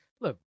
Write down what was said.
look